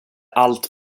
allt